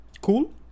cool